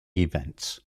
events